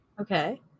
Okay